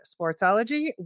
Sportsology